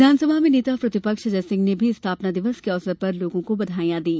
विधानसभा में नेता प्रतिपक्ष अजय सिंह ने भी स्थापना दिवस के अवसर पर लोगों को बधाईयां दी